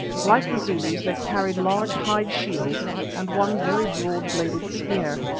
like the zulus they carried large hide shields and one very broad-bladed spear.